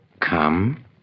come